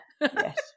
Yes